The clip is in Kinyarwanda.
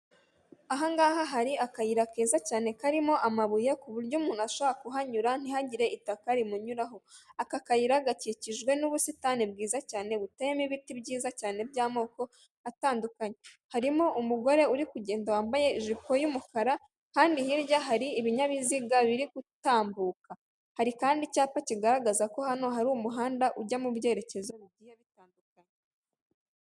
Aha ngaha hari akayira keza cyane karimo amabuye ku buryo umuntu ashobora kuhanyura ntihagire itaka rimunyuraho, aka kayira gakikijwe n'ubusitani bwiza cyane buteyemo ibiti byiza cyane by'amoko atandukanye, harimo umugore uri kugenda wambaye ijipo y'umukara kandi hirya hari ibinyabiziga biri gutambuka hari kandi icyapa kigaragaza ko hano hari umuhanda ujya mu byerekezo mu bigiye bitandukanye.